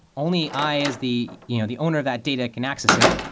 only i as the you know the owner of that data can access it,